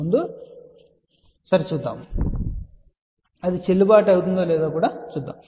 కాబట్టి అది చెల్లుబాటు అవుతుందో లేదో చూద్దాం